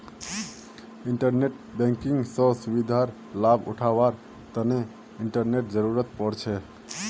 internet banking स सुविधार लाभ उठावार तना इंटरनेटेर जरुरत पोर छे